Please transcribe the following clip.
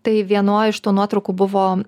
tai vienoj iš tų nuotraukų buvo